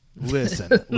Listen